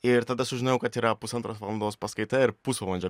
ir tada sužinojau kad yra pusantros valandos paskaita ir pusvalandžio